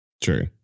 true